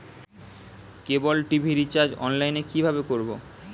কেবল TV recharge online এ কিভাবে করব?